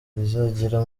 izagera